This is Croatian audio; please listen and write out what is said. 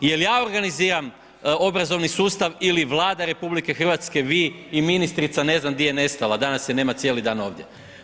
Jel ja organiziram obrazovni sustav ili Vlada RH, vi i ministrica, ne znam di je nestala, danas je nema cijeli dan ovdje?